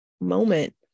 moment